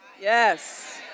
Yes